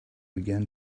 began